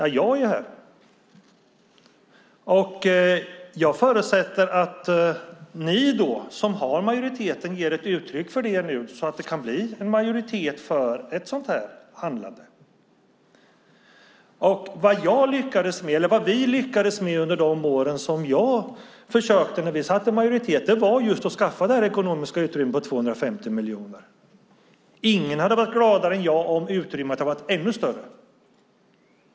Ja, jag är här. Och jag förutsätter att ni som har majoriteten ger ett uttryck för detta nu, så att det kan bli en majoritet för ett sådant här handlande. Vad vi lyckades med under de år när vi hade majoritet var just att skaffa det här ekonomiska utrymmet på 250 miljoner. Ingen hade varit gladare än jag om utrymmet hade varit ännu större.